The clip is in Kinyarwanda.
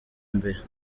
mbere